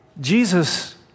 Jesus